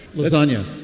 lasagna.